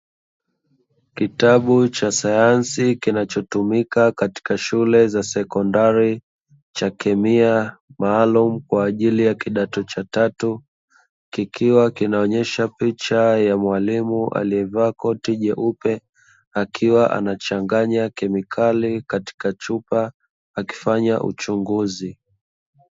Kitabu cha sayansi kinachotumika katika shule za sekondari cha kemia maalum kwa ajili ya kidato cha tatu, kikiwa kinaonyesha picha ya mwalimu aliyevaa koti jeupe akiwa anachanganya kemikali katika chupa akifanya uchunguzi.